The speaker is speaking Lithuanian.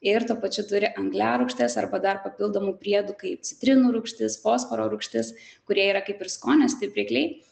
ir tuo pačiu turi angliarūgštės arba dar papildomų priedų kaip citrinų rūgštis fosforo rūgštis kurie yra kaip ir skonio stiprikliai